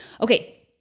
Okay